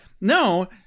no